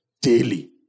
daily